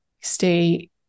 stay